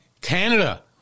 Canada